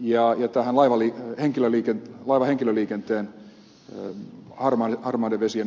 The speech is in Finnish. ja jota hän voi valita henkilö liike valentin tähän laivojen henkilöliikenteen harmaiden vesien ongelmaan